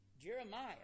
Jeremiah